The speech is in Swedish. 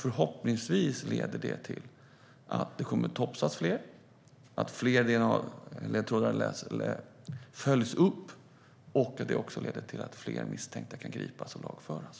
Förhoppningsvis leder det till att det kommer att topsas fler, att fler ledtrådar följs upp och att fler misstänkta kan gripas och lagföras.